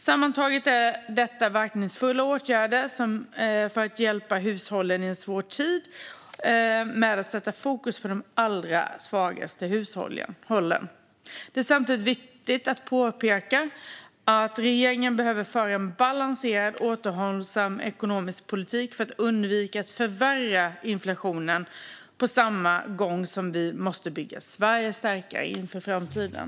Sammantaget är detta verkningsfulla åtgärder för att hjälpa hushållen i en svår tid, med särskilt fokus på de allra svagaste hushållen. Det är samtidigt viktigt att påpeka att regeringen behöver föra en balanserad, återhållsam ekonomisk politik för att undvika att förvärra inflationen, på samma gång som vi måste bygga Sverige starkare inför framtiden.